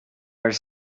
are